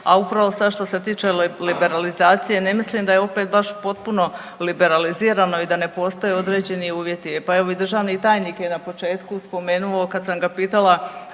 a upravo sad što se tiče liberalizacije ne mislim da je opet baš potpuno liberalizirano i da ne postoje određeni uvjeti. Pa evo i državni tajnik je na početku spomenuo kad sam ga pitala